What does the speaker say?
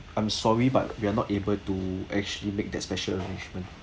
I'm sorry but we are not able to actually make that special arrangement